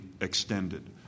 extended